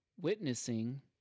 witnessing